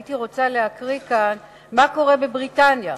הייתי רוצה לקרוא כאן מה קורה בבריטניה.